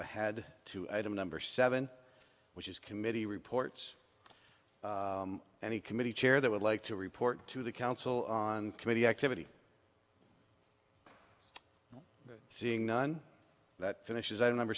ahead to item number seven which is committee reports any committee chair that would like to report to the council on committee activity seeing none that finishes i